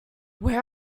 where